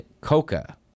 coca